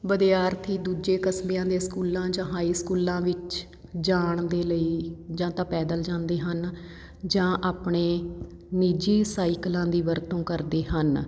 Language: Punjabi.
ਵਿਦਿਆਰਥੀ ਦੂਜੇ ਕਸਬਿਆਂ ਦੇ ਸਕੂਲਾਂ ਜਾਂ ਹਾਈ ਸਕੂਲਾਂ ਵਿੱਚ ਜਾਣ ਦੇ ਲਈ ਜਾਂ ਤਾਂ ਪੈਦਲ ਜਾਂਦੇ ਹਨ ਜਾਂ ਆਪਣੇ ਨਿੱਜੀ ਸਾਈਕਲਾਂ ਦੀ ਵਰਤੋਂ ਕਰਦੇ ਹਨ